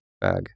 bag